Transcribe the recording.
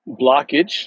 blockage